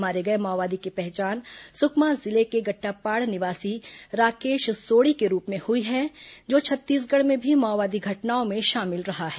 मारे गए माओवादी की पहचान सुकमा जिले के गट्टापाड़ निवासी राकेश सोड़ी के रूप में हुई है जो छत्तीसगढ़ में भी माओवादी घटनाओं में शामिल रहा है